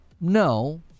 No